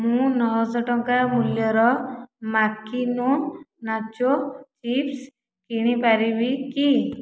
ମୁଁ ନଅ ଶହ ଟଙ୍କା ମୂଲ୍ୟର ମାକିନୋ ନାକୋସ୍ ଚିପ୍ସ୍ କିଣି ପାରିବି କି